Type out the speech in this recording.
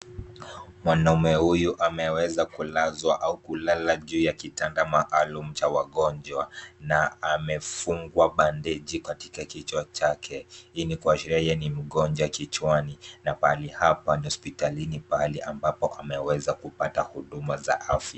Mwanaume huyu ameweza kulazwa au kulala juu ya kitanda maalum cha wagonjwa na amefungwa bandeji katika kichwa chake. Hii ni kuashiria yeye ni mgonjwa kichwani, na pahali hapa ni hospitalini pahali ambapo ameweza kupata huduma za kiafya.